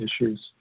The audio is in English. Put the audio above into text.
issues